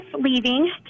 leaving